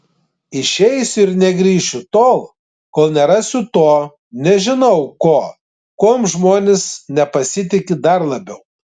išeisiu ir negrįšiu tol kol nerasiu to nežinau ko kuom žmonės nepasitiki dar labiau